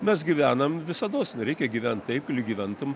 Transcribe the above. mes gyvenam visados reikia gyvent taip lyg gyventum